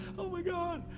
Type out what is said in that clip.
oh my god.